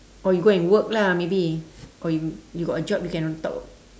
or you go and work lah maybe or you you got a job you can on top